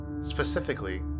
Specifically